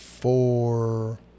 four